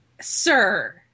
sir